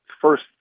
first